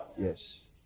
Yes